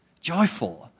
Joyful